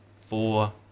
four